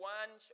one